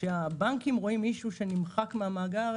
כשהבנקים רואים מישהו שנמחק מן המאגר,